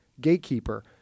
gatekeeper